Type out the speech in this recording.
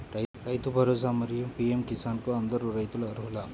రైతు భరోసా, మరియు పీ.ఎం కిసాన్ కు అందరు రైతులు అర్హులా?